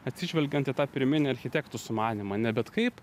atsižvelgiant į tą pirminį architektų sumanymą ne bet kaip